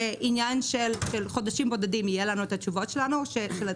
זה עניין של חודשים בודדים עד שיהיו לנו תשובות לצעדים,